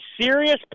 serious